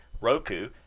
Roku